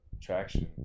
traction